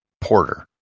porter